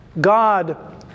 God